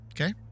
Okay